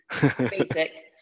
basic